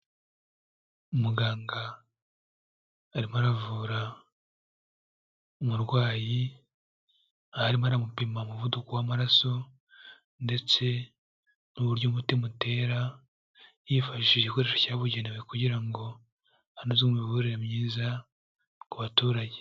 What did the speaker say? Muganga arimo aravura umurwayi, aho arimo aramupima umuvuduko w'amaraso ndetse n'uburyo umutima utera, yifashishije igikoresho cyabugenewe kugira ngo anoze imiyoborere myiza ku baturage.